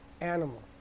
animal